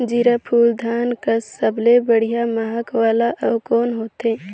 जीराफुल धान कस सबले बढ़िया महक वाला अउ कोन होथै?